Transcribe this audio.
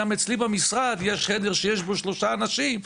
גם אצלי במשרד יש חדר שיש בו שלושה אנשים,